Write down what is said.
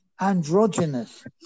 androgynous